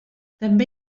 també